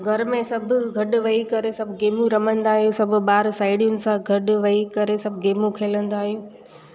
घर में सभु गॾ वेही करे सभु गेमूं रमंदा आहियूं सभु ॿार साहेड़ियुनि सां गॾ वेही करे सभु गेमूं खेलंदा आहियूं